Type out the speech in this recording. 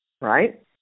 Right